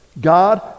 God